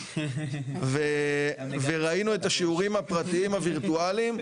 וראינו את השיעורים הווירטואליים,